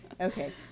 Okay